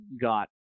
got